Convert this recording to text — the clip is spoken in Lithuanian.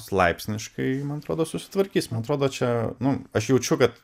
laipsniškai man atrodo susitvarkys man atrodo čia nu aš jaučiu kad